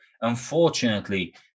unfortunately